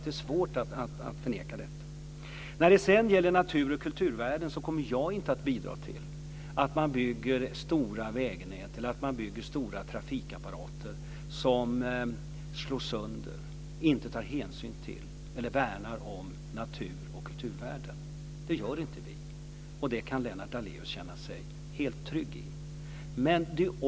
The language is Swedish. Det är svårt att förneka detta. När det gäller natur och kulturvärden kommer jag inte att bidra till att man bygger stora vägnät eller trafikapparater som slår sönder, inte tar hänsyn till eller värnar natur och kulturvärden. Det gör inte vi. Det kan Lennart Daléus känna sig helt lugn i.